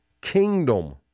kingdom